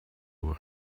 were